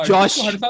Josh